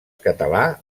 català